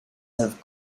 have